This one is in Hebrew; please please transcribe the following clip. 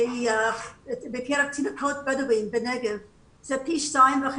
בקרב תינוקות בדווים בנגב הוא פי 2.5